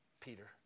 Peter